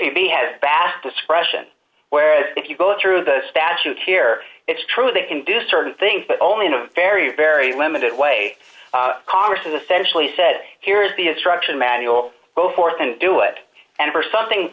they have fast discretion whereas if you go through the statute here it's true they can do certain things but only in a very very limited way congress in the sensually said here is the instruction manual go forth and do it and for something